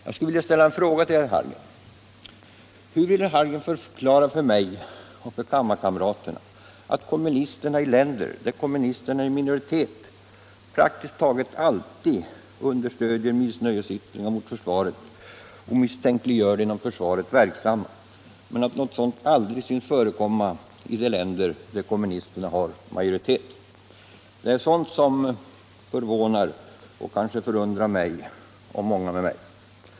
Jag skulle vilja ställa en fråga till herr Hallgren: Hur vill herr Hallgren förklara för mig och kammaren att kommunisterna i länder, där kommunisterna är i minoritet, praktiskt taget alltid understödjer missnöjesyttringar mot försvaret och misstänkliggör inom försvaret verksamma medan något liknande inte synes förekomma i de länder där kommunisterna är i majoritet? Sådant förvånar många med mig.